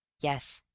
yes.